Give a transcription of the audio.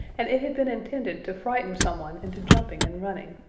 and it had been intended to frighten some one into jumping and running,